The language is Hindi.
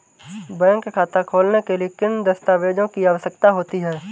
बैंक खाता खोलने के लिए किन दस्तावेजों की आवश्यकता होती है?